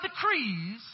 decrees